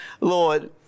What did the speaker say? Lord